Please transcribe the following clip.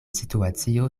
situacio